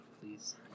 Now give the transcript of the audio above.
please